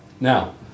Now